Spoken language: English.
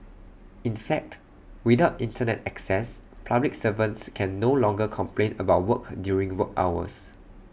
in fact without Internet access public servants can no longer complain about work during work hours